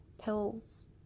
pills